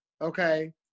okay